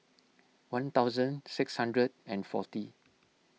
one thousand six hundred and forty